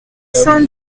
cent